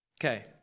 Okay